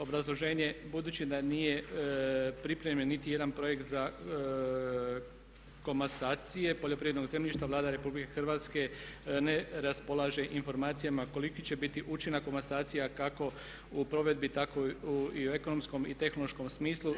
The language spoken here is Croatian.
Obrazloženje, budući da nije pripremljen nitijedan projekt za komasacije poljoprivrednog zemljišta Vlada Republike Hrvatske ne raspolaže informacijama koliki će biti učinak komasacije kako u provedbi tako i u ekonomskom i tehnološkom smislu.